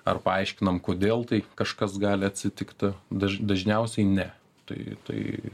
ar paaiškinam kodėl tai kažkas gali atsitikti daž dažniausiai ne tai tai